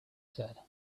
said